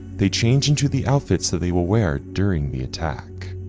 they change into the outfits that they will wear during the attack.